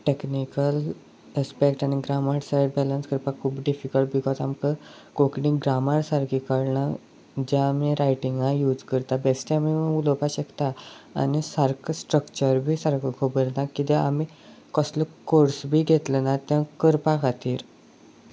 technical aspect आनी grammar side balance करपाक खूब डिफिकल्ट बिकॉज आमकां कोंकणी ग्रामर सारकी कळना जे आमी रायटिंगां यूज करता बेश्टें आमी उलोवपा शकता आनी सारको स्ट्रक्चर बी सारको खबर ना किद्या आमी कसलो कोर्स बी घेतले ना तें करपा खातीर